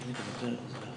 תודה,